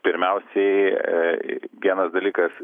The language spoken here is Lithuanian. pirmiausiai vienas dalykas